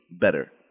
better